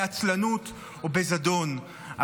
בעצלנות או בזדון,